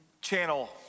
Channel